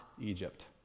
Egypt